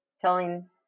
telling